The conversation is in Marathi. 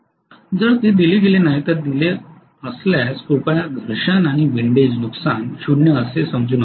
जर ते दिले गेले नाही तर ते दिले असल्यास कृपया घर्षण आणि विंडेज नुकसान 0 असे समजू नका